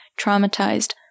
traumatized